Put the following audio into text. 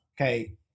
Okay